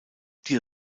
die